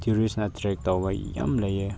ꯇꯨꯔꯤꯁꯅ ꯑꯦꯇ꯭ꯔꯦꯛ ꯇꯧꯕ ꯌꯥꯝ ꯂꯩꯌꯦ